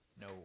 No